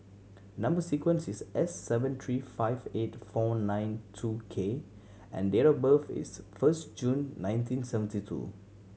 number sequence is S seven three five eight four nine two K and date of birth is first June nineteen seventy two